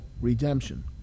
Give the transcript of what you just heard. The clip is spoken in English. redemption